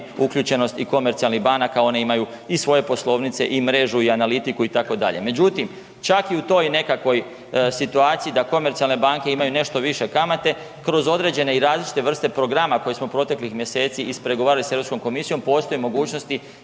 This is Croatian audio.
uključenost i komercijalnih banaka one imaju i svoje poslovnice i mrežu i analitiku itd. Međutim, čak i u toj nekakvoj situaciji da komercijalne banke imaju nešto više kamate kroz određene i različite vrste programa koje smo proteklih mjeseci ispregovarali s Europskom komisijom postoje mogućnosti